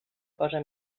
cosa